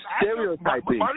stereotyping